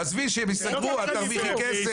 תעזבי, שהם ייסגרו, את תרוויחי כסף.